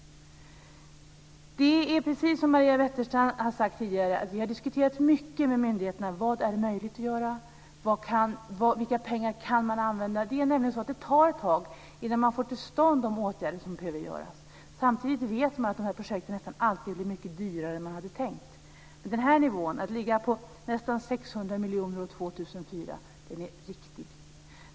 Det är precis som Maria Wetterstrand har sagt tidigare. Vi har diskuterat mycket med myndigheterna om vad som är möjligt att göra och vilka pengar man kan använda. Det är nämligen så att det tar ett tag innan man får till stånd de åtgärder som behöver göras. Samtidigt vet man att projekten nästan alltid blir mycket dyrare än man hade tänkt. Den här nivån, att ligga på nästan 600 miljoner år 2004, är riktig.